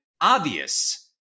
obvious